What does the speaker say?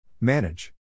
Manage